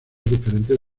diferentes